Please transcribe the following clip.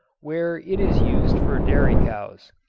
where it is used for dairy cows.